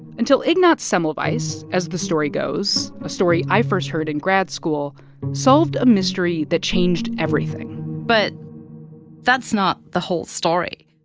until ignaz semmelweis, as the story goes a story i first heard in grad school solved a mystery that changed everything but that's not the whole story